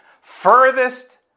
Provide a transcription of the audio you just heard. furthest